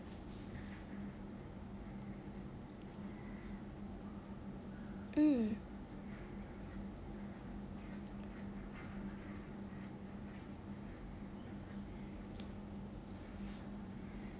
mm